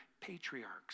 patriarchs